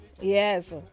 Yes